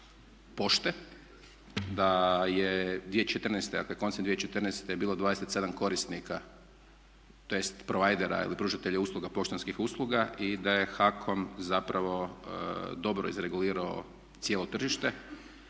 pošte da je 2014., dakle koncem 2014.bilo 27 korisnika tj. provajdera ili pružatelja usluga poštanskih usluga i da je HAKOM zapravo dobro izregulirao cijelo tržište